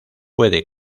puede